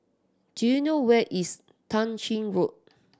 do you know where is Tah Ching Road